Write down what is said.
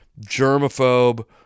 germaphobe